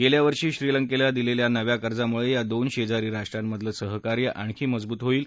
गेल्या वर्षी श्रीलंकेला दिलेल्या नव्या कर्जमुळे या दोन शेजारी राष्ट्रांमधलं सहकार्य आणखी मजबूत होईल